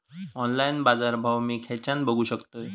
Online बाजारभाव मी खेच्यान बघू शकतय?